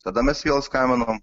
tada mes vėl skambinam